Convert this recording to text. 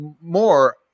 more